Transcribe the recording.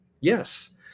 Yes